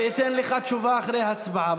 ואתן לך תשובה אחרי ההצבעה.